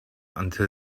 until